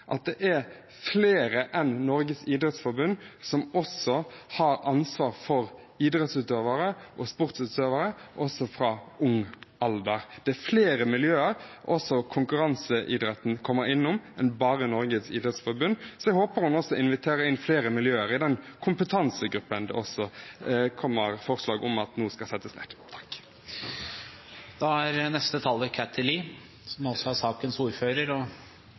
at det er flere enn Norges idrettsforbund som også har ansvar for idrettsutøvere og sportsutøvere fra ung alder. Det er flere miljøer også konkurranseidretten kommer innom enn bare Norges idrettsforbund. Så jeg håper hun også inviterer inn flere miljøer i den kompetansegruppen det også kommer forslag om nå å sette ned. Det er ingen uenighet om at diagnostisering er en jobb for helsevesenet. Det er